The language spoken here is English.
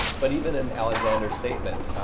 but even in alexander's statement,